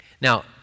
Now